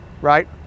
Right